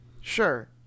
Sure